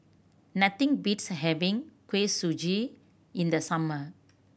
nothing beats having Kuih Suji in the summer